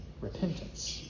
repentance